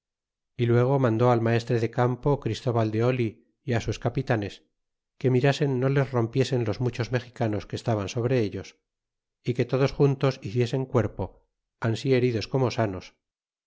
y luego mandó al maestre de campo christóbal de oh y sus capitanes que mirasen no les rompiesen los muchos mexicanos que estaban sobre ellos se que todos juntos hiciesen cuerpo ansi heridos como sanos